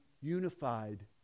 unified